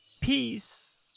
peace